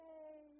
Yay